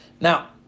now